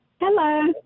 hello